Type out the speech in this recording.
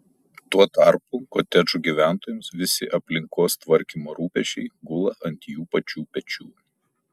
tuo tarpu kotedžų gyventojams visi aplinkos tvarkymo rūpesčiai gula ant jų pačių pečių